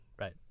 Right